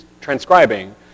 transcribing